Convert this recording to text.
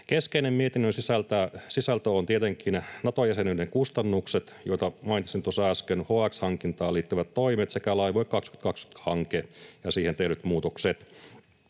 Keskeinen mietinnön sisältö ovat tietenkin Nato-jäsenyyden kustannukset, joita mainitsin tuossa äsken, HX-hankintaan liittyvät toimet sekä Laivue 2020 ‑hanke ja siihen tehdyt muutokset.